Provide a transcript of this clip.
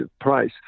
price